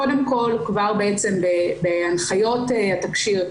קודם כל כבר בעצם בהנחיות התקשיר,